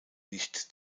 nicht